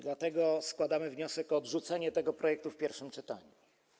Dlatego składamy wniosek o odrzucenie tego projektu w pierwszym czytaniu.